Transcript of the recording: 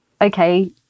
okay